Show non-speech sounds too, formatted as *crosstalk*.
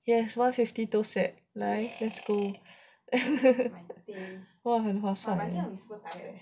yes one fifty toast set 来 let's go *laughs* !wah! 很划算